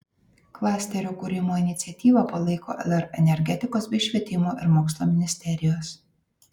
klasterio kūrimo iniciatyvą palaiko lr energetikos bei švietimo ir mokslo ministerijos